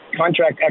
contract